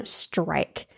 strike